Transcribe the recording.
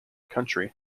country